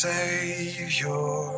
Savior